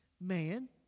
man